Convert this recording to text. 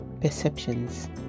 perceptions